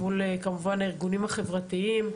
כמובן מול הארגונים החברתיים,